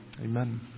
Amen